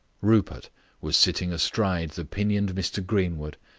rupert was sitting astride the pinioned mr greenwood,